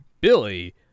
Billy